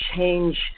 change